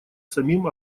самим